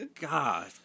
God